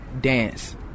Dance